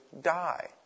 die